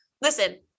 listen